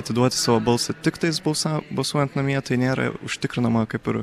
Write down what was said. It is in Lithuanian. atiduoti savo balsą tiktais balsa balsuojant namie tai nėra užtikrinama kaip ir